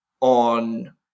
on